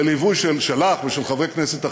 בליווי שלך ושל חברי כנסת אחרים,